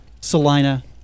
Salina